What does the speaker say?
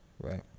right